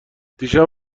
دیشب